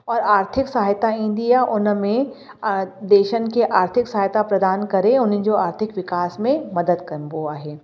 और आर्थिक सहायता ईंदी आहे हुन में देशनि खे आर्थिक सहायता प्रदान करे उन्हनि जो आर्थिक विकास में मदद कबो आहे